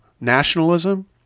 Nationalism